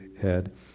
head